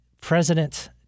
president